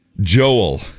Joel